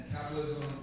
capitalism